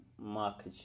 market